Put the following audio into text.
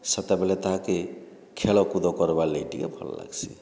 ସେତେବେଲେ ତାହାକେ ଖେଳକୁଦ କରବା ଲାଗି ଟିକେ ଭଲ୍ ଲାଗ୍ସି